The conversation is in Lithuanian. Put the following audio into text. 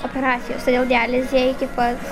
operacijos todėl dializė iki pat